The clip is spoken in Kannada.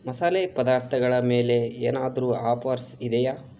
ಮಸಾಲೆ ಪದಾರ್ಥಗಳ ಮೇಲೆ ಏನಾದರೂ ಆಫರ್ಸ್ ಇದೆಯಾ